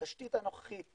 בתשתית הנוכחית,